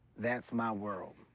that's my world.